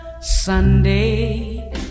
Sunday